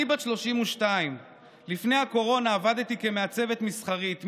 אני בת 32. לפני הקורונה עבדתי כמעצבת מסחרית,